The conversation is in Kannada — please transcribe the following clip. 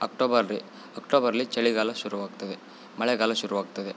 ಅಕ್ಟೋಬರಲ್ಲಿ ಅಕ್ಟೋಬರಲ್ಲಿ ಚಳಿಗಾಲ ಶುರುವಾಗ್ತದೆ ಮಳೆಗಾಲ ಶುರುವಾಗ್ತದೆ